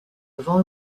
van